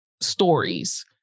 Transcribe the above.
stories